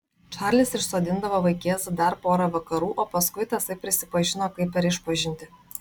čarlis išsodindavo vaikėzą dar pora vakarų o paskui tasai prisipažino kaip per išpažintį